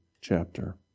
chapter